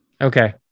Okay